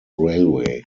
railway